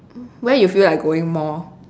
where you feel like going more